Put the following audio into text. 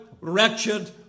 wretched